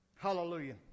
Hallelujah